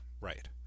Right